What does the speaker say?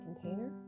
container